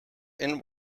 and